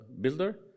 builder